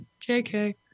JK